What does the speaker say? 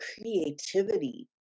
creativity